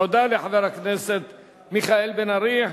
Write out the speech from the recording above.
תודה לחבר הכנסת מיכאל בן-ארי.